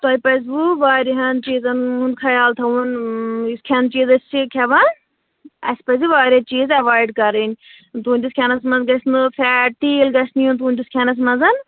تۄہہِ پزوٕ واریاہن چیٖزن ہُنٛد خیال تھاوُن یُس کھیٚنہٕ چیٖز أسۍ چھِ کھیٚوان اسہِ پزِ واریاہ چیٖز ایوایڈ کرٕنۍ تُہٕنٛدس کھیٚنَس منٛز گژھِ نہٕ فیٹ تیٖل گژھِ نہٕ یُن تُہنٛدس کھیٚنَس منٛز